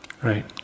Right